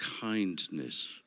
kindness